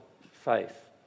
faith